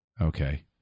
Okay